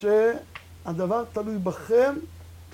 ‫שהדבר תלוי בכם